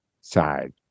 side